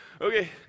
okay